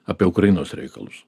apie ukrainos reikalus